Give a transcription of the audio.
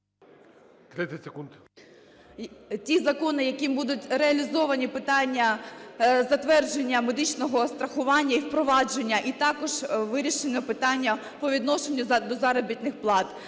Ті закони, якими будуть реалізовані питання затвердження медичного страхування і впровадження, і також вирішено питання по відношенню до заробітних плат.